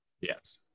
Yes